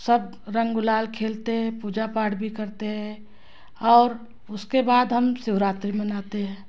सब रंग गुलाल खेलते हैं पूजा पाठ भी करते हैं और उसके बाद हम शिवरात्रि मनाते हैं